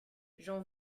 j’en